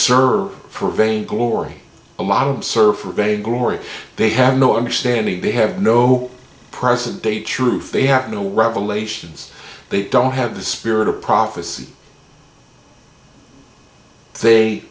serve for vain glory a lot of surveying glory they have no understanding they have no present day truth they have no revelations they don't have the spirit of prophecy they